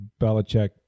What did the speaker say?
Belichick